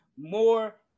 more